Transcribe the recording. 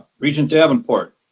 regent davenport.